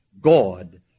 God